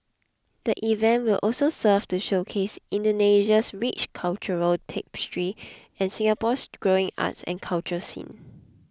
the event will also serve to showcase Indonesia's rich cultural tapestry and Singapore's growing arts and culture scene